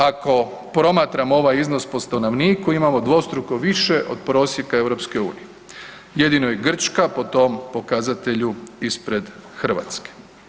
Ako promatramo ovaj iznos po stanovniku, imamo dvostruko više od prosjeka EU-a, jedino je Grčka po tom pokazatelju ispred Hrvatske.